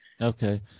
Okay